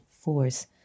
force